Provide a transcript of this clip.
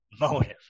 motive